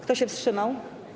Kto się wstrzymał?